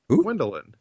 Gwendolyn